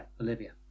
olivia